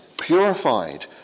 purified